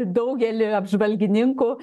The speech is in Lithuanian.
daugelį apžvalgininkų